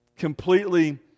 completely